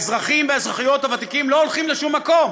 האזרחים והאזרחיות הוותיקים לא הולכים לשום מקום.